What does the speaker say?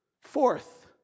Fourth